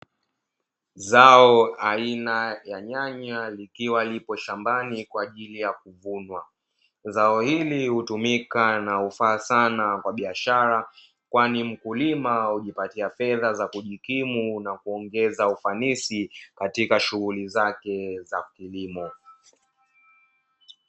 Zao aina ya nyanya likiwa lipo shambani kwaajili ya kuvunwa. Zao hili hutumika na hufaa sana kwa biashara, kwani mkulima hujipatia fedha za kujikimu na kuongeza ufanisi katika shughuli zake za kilimo.